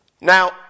Now